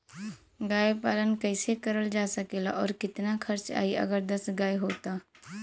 गाय पालन कइसे करल जा सकेला और कितना खर्च आई अगर दस गाय हो त?